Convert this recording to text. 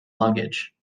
luggage